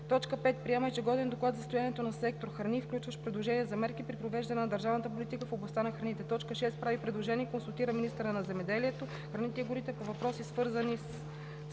5. приема ежегоден доклад за състоянието на сектор „Храни“, включващ предложения за мерки при провеждане на държавната политика в областта на храните; 6. прави предложения и консултира министъра на земеделието, храните и горите по въпроси, свързани с: